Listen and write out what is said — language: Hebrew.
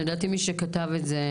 לדעתי מי שכתב את זה,